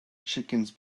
chickens